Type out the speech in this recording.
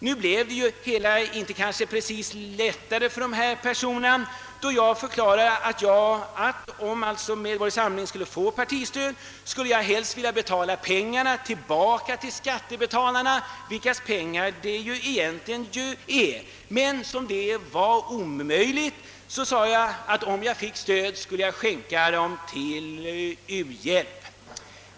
Nu blev det väl inte lättare för dessa personer då jag förklarade att om Mbs skulle få partistöd skulle jag helst vilja betala tillbaka pengarna till skattebetalarna. Men detta var omöjligt och jag sade då att om jag fick stöd skulle jag skänka dessa pengar till u-hjälpen.